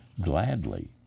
gladly